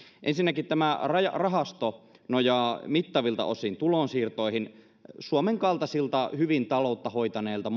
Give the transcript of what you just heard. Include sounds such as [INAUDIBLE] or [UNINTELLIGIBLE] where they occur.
ensinnäkin tämä rahasto nojaa mittavilta osin tulonsiirtoihin suomen kaltaisilta hyvin taloutta hoitaneilta [UNINTELLIGIBLE]